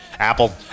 Apple